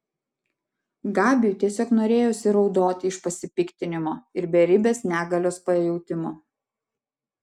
gabiui tiesiog norėjosi raudoti iš pasipiktinimo ir beribės negalios pajautimo